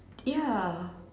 ya